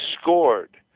scored